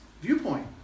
viewpoint